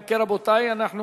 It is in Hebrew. אם כן, רבותי, אנחנו